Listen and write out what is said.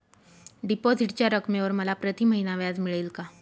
डिपॉझिटच्या रकमेवर मला प्रतिमहिना व्याज मिळेल का?